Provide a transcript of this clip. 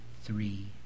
three